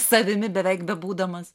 savimi beveik bebūdamas